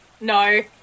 No